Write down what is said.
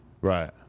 Right